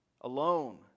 alone